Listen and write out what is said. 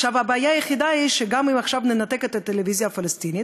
הבעיה היחידה היא שגם אם ננתק עכשיו את הטלוויזיה הפלסטינית,